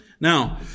Now